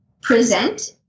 present